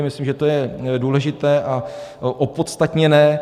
Myslím, že to je důležité a opodstatněné.